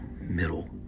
middle